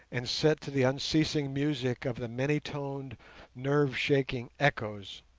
and set to the unceasing music of the many-toned nerve-shaking echoes.